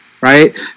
right